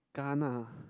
kana